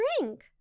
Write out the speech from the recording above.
drink